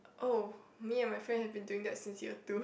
oh me and my friend have been doing that since year two